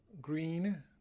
Green